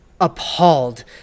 appalled